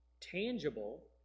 tangible